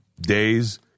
days